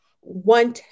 one